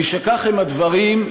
משכך הם הדברים,